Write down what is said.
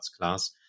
class